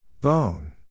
Bone